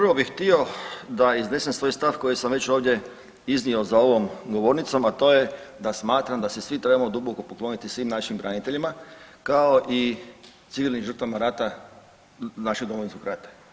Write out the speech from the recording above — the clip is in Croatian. Prvo bih htio da iznesem svoj stav koji sam već ovdje iznio za ovom govornicom, a to je da smatram da se svi trebamo duboko pokloniti svim našim braniteljima kao i civilnim žrtvama rata našeg Domovinskog rata.